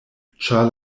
ĉar